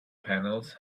panels